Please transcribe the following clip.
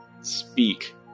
speak